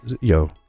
Yo